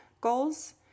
goals